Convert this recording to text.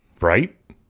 Right